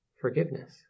forgiveness